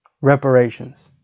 reparations